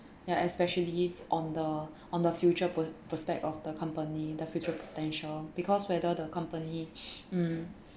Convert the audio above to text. ya especially on the on the future pro~ prospect of the company the future potential because whether the company mm